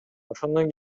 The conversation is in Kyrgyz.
ошондон